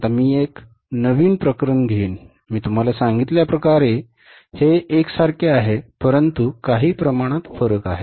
आता मी एक नवीन प्रकरण घेईन मी तुम्हाला सांगितल्याप्रमाणे हे एकसारखे आहे परंतु काही प्रमाणात फरक आहेत